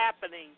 happening